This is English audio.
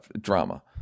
drama